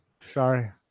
Sorry